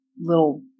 little